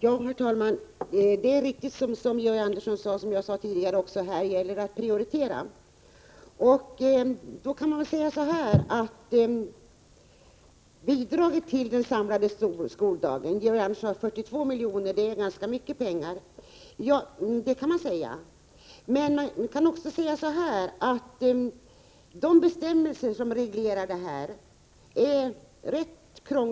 Herr talman! Det är riktigt som Georg Andersson sade — och som jag själv också sade tidigare — att det här gäller att prioritera. Man kan naturligtvis säga att bidraget till den samlade skoldagen — Georg Andersson talade om 42 milj.kr. — är mycket pengar. Men man kan också säga att de bestämmelser som reglerar